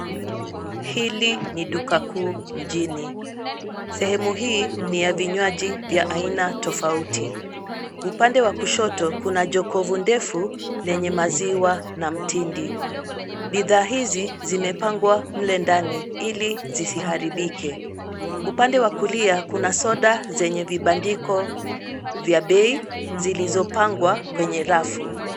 Hili ni duka kuu mjini, sehemu hii ni ya vinywaji vya aina tofauti. Upande wa kushoto kuna jokovu ndefu lenye maziwa na mtindi .Bidhaa hizi zimepangwa mle ndani ili zisiharibike. Upande wa kulia, kuna soda zenye vibandiko vya bei zilizopangwa kwenye rafu.